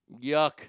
Yuck